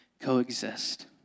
coexist